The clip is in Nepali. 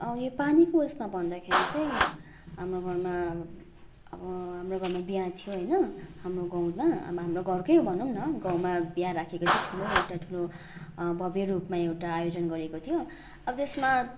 यो पानीको उयसमा भन्दाखेरि चाहिँ हाम्रो घरमा अब अब हाम्रो घरमा बिहा थियो होइन हाम्रो गाउँमा हाम्रो घरकै भनौँ न गाउँमा बिहा राखेको थियो ठुलो एउटा ठुलो भव्य रूपमा एउटा आयोजन गरिएको थियो अब त्यसमा